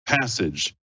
passage